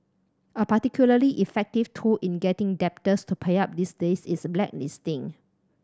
a particularly effective tool in getting debtors to pay up these days is blacklisting